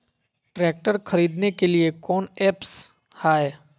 Tractor खरीदने के लिए कौन ऐप्स हाय?